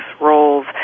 roles